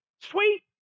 Sweet